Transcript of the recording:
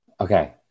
Okay